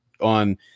on